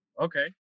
Okay